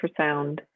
ultrasound